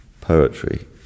poetry